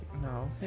No